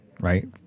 Right